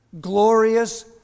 glorious